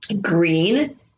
green